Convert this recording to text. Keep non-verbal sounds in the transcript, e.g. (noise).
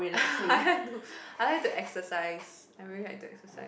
(laughs) I like to I like to exercise I really like to exercise